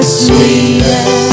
sweetest